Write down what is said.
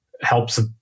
helps